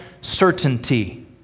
certainty